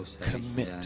commit